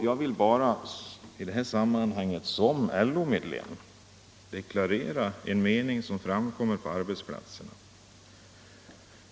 Jag vill i detta sammanhang bara som LO-medlem deklarera en mening som framkommer på arbetsplatserna.